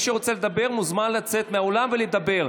מי שרוצה לדבר מוזמן לצאת מהאולם ולדבר.